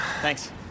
Thanks